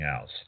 else